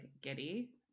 giddy